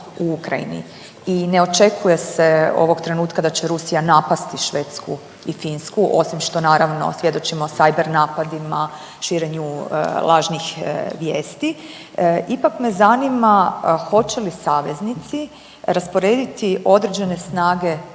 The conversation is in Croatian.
u Ukrajini i ne očekuje se ovog trenutka da će Rusija napasti Švedsku i Finsku osim što naravno svjedočimo cyber napadima, širenju lažnih vijesti, ipak me zanima hoće li saveznici rasporediti određene snage u